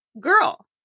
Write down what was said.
Girl